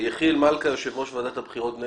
יחיאל מלכה, מנהל ועדת הבחירות בני